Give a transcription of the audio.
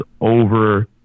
over